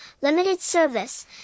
limited-service